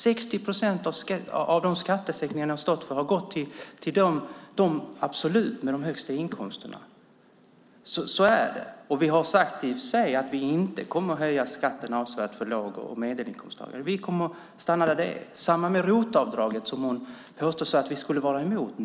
60 procent av era skattesänkningar har gått till dem med de högsta inkomsterna. Så är det. Vi har i och för sig sagt att vi inte kommer att höja skatterna avsevärt för låg och medelinkomsttagare. Vi kommer att stanna där de är. Detsamma gäller ROT-avdraget, som hon påstår att vi skulle vara emot.